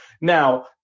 Now